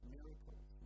Miracles